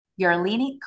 Yarlini